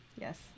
yes